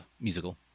musical